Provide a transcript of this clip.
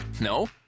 No